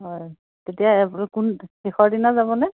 হয় তেতিয়া কোন শেষৰ দিনা যাবনে